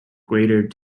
greater